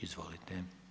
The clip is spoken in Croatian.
Izvolite.